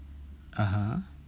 (uh huh)